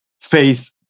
faith